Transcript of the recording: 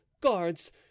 guards